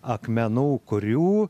akmenų kurių